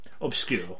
obscure